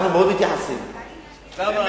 אנחנו מתייחסים מאוד,